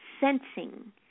sensing